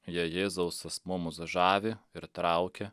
jei jėzaus asmuo mus žavi ir traukia